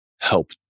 help